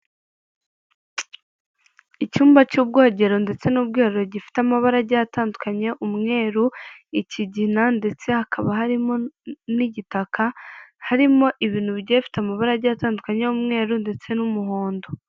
Icyumba cy'ubwogero ndetse n'umweruro gifite amabarage atandukanye, umweru ikigina ndetse hakaba harimo n'igitaka, harimo ibintu bigiye bifite amabarage atandukanye y'umweru ndetse n'umuhondo.